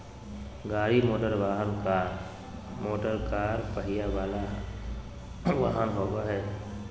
गाड़ी मोटरवाहन, car motorcar पहिया वला वाहन होबो हइ